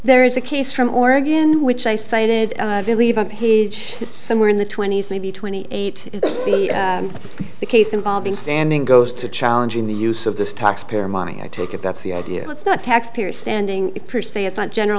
there is a case from oregon which i cited and i believe on page somewhere in the twenty's maybe twenty eight in the case involving standing goes to challenge in the use of this taxpayer money i take it that's the idea it's not taxpayer standing per se it's not general